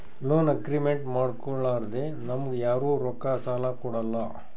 loan agreement ಮಾಡ್ಕೊಲಾರ್ದೆ ನಮ್ಗ್ ಯಾರು ರೊಕ್ಕಾ ಸಾಲ ಕೊಡಲ್ಲ